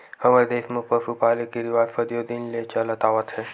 हमर देस म पसु पाले के रिवाज सदियो दिन ले चलत आवत हे